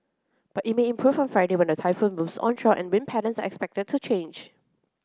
but it may improve on Friday when the typhoon moves onshore and wind patterns are expected to change